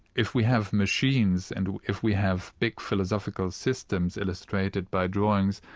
if we have machines and if we have big philosophical systems illustrated by drawings,